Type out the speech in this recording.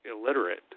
illiterate